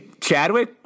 Chadwick